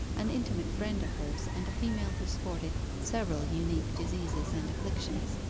an intimate friend of hers, and a female who sported several unique diseases and afflictions.